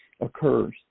occurs